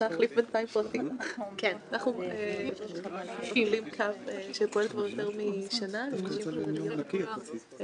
אנחנו מדברים על למעלה מ-2,000 נשים חרדיות שלומדות היום.